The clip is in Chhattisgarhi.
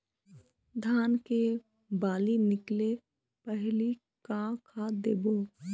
धान के बाली निकले पहली का खाद देबो?